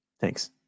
thanks